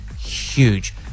huge